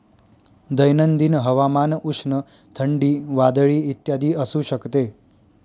दैनंदिन हवामान उष्ण, थंडी, वादळी इत्यादी असू शकते